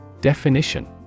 Definition